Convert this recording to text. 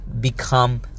become